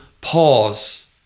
pause